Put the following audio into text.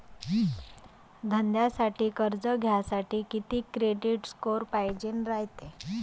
धंद्यासाठी कर्ज घ्यासाठी कितीक क्रेडिट स्कोर पायजेन रायते?